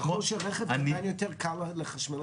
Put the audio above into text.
ככל שהרכב קטן יותר קל לחשמל אותו?